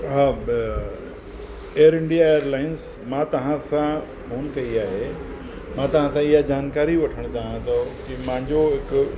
हा ॿ air India airlines मां तव्हां सां फोन कई आहे मां तव्हां सां इहा जानकारी वठणु चाहियां थो की मुंहिंजो हिकु